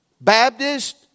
Baptist